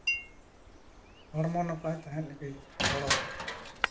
ᱦᱚᱲᱢᱚ ᱱᱟᱯᱟᱭ ᱛᱟᱦᱮᱱ ᱞᱟᱹᱜᱤᱫ ᱜᱚᱲᱚᱭ